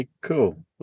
cool